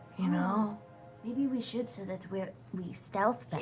you know maybe we should so that we ah we stealth